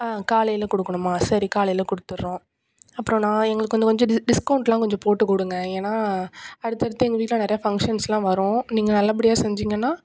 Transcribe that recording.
ஆ காலையில் கொடுக்குணுமா சரி காலையில் கொடுத்துறோம் அப்புறண்ணா எங்களுக்கு வந்து கொஞ்சம் டிஸ்கவுண்டெலாம் கொஞ்சம் போட்டு கொடுங்க ஏன்னா அடுத்து அடுத்து எங்கள் வீட்டில் நிறையா ஃபங்க்ஷன்ஸ்லாம் வரும் நீங்கள் நல்லப்படியாக செஞ்சிங்கன்னால்